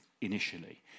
initially